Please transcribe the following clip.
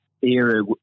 era